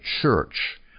church